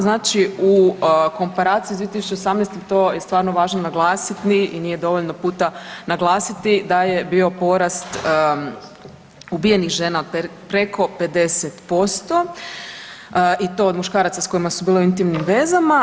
Znači u komparaciju s 2018. to je stvarno važno naglasiti i nije dovoljno puta naglasiti da je bio porast ubijenih žena od preko 50% i to od muškaraca s kojima su bile u intimnim vezama.